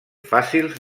fàcils